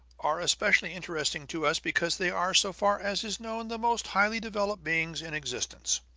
are especially interesting to us because they are, so far as is known, the most highly developed beings in existence.